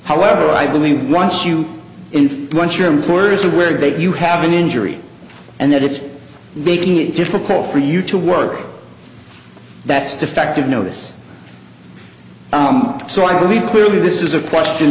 however i believe once you infer once your employer is aware that you have an injury and that it's making it difficult for you to work that's defective notice so i believe clearly this is a question